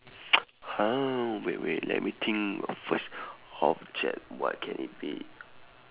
!huh! wait wait let me think what first object what can it be